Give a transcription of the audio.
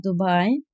Dubai